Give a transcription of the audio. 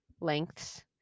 lengths